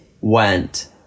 went